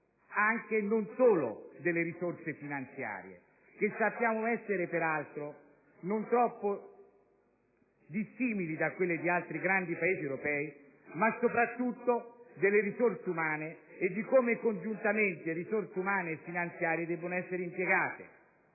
anche e non solo delle risorse finanziarie (che sappiamo essere, peraltro, non troppo dissimili da quelle di altri grandi Paesi europei), ma soprattutto delle risorse umane, e di come congiuntamente risorse umane e finanziarie devono essere impiegate.